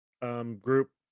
Group